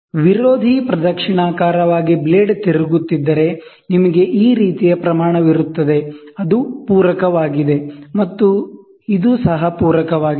aunty clockwise ಆಗಿ blade ತಿರುಗುತ್ತಿದ್ದರೆ ನಿಮಗೆ ಈ ರೀತಿಯ ಪ್ರಮಾಣವಿರುತ್ತದೆ ಇದು ಪೂರಕವಾಗಿದೆ ಮತ್ತು ಇದು ಸಹ ಪೂರಕವಾಗಿದೆ